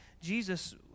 Jesus